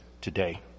today